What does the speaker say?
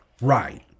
Right